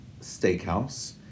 Steakhouse